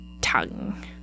tongue